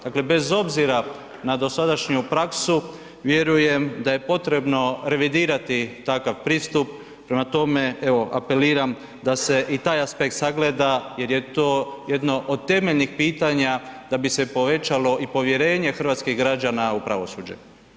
Dakle, bez obzira na dosadašnju praksu vjerujem da je potrebno revidirati takav pristup prema tome evo apeliram da se i taj aspekt sagleda jer je to jedno od temeljnih pitanja da bi se povećalo i povjerenje hrvatskih građana u pravosuđe.